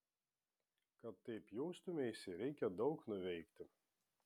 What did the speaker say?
kad taip jaustumeisi reikia daug nuveikti